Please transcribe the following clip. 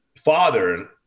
father